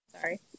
Sorry